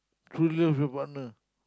true love your partner